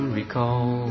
recall